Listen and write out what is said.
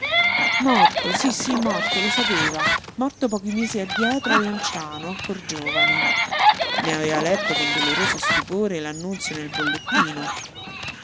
morto sí sí morto lo sapeva morto pochi mesi addietro a lanciano ancor giovane ne aveva letto con doloroso stupore l'annunzio nel bollettino